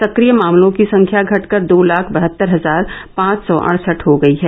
सक्रिय मामलों की संख्या घट कर दो लाख बहत्तर हजार पांच सौ अड़सठ हो गयी है